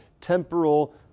temporal